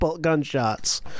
gunshots